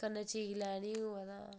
कन्नै चीज लैनी होए तां